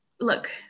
look